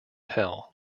hell